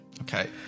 Okay